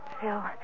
Phil